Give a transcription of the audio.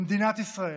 למדינת ישראל,